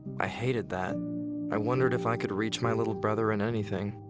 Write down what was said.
i hated that i wondered if i could reach my little brother in anything?